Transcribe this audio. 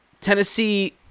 Tennessee